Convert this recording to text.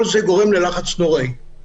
כל זה גורם ללחץ נוראי.